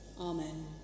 Amen